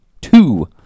two